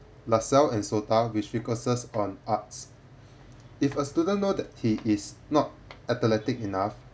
la salle and SOTA which focuses on arts if a student know that he is not athletic enough